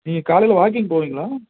நீங்கள் காலையில் வாக்கிங் போவீங்களா